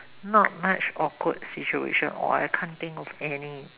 not much awkward situation or I can't think of any